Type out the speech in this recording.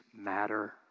matter